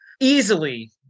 easily